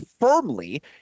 firmly